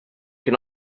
can